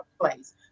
place